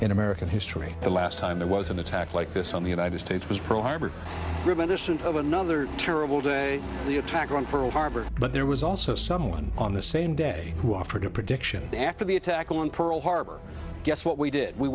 in american history the last time there was an attack like this on the united states was pro harbor tremendous and of another terrible day the attack on pearl harbor but there was also someone on the same day who offered a prediction after the attack on pearl harbor guess what we did we